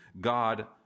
God